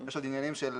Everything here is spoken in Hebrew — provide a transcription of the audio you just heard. יש עוד עניינים של